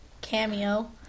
cameo